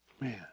Man